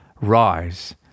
Rise